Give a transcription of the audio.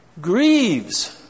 grieves